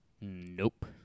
Nope